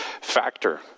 Factor